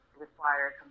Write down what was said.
require